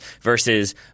versus